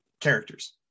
characters